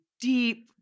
deep